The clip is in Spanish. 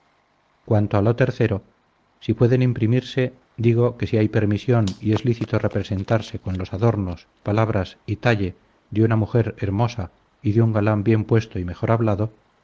cuanto a lo tercero si pueden imprimirse digo que si hay permisión y es lícito representarse con los adornos palabras y talle de una mujer hermosa y de un galán bien puesto y mejor hablado